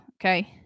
Okay